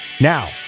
Now